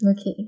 okay